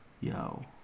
Yo